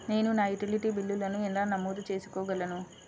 నేను నా యుటిలిటీ బిల్లులను ఎలా నమోదు చేసుకోగలను?